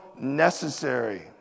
necessary